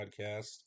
Podcast